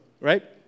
right